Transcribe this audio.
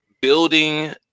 building